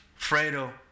Fredo